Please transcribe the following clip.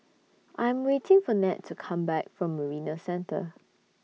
I Am waiting For Ned to Come Back from Marina Centre